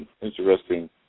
interesting